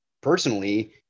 personally